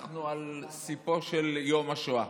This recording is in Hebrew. אנחנו על סיפו של יום השואה.